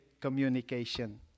communication